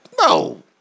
no